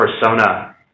persona